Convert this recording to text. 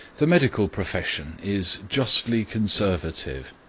the medical profession is justly conservative.